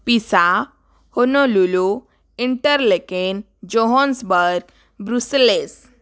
पीसा Honolulu Interlaken Johannesburg Brussels